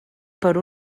per